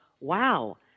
wow